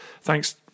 Thanks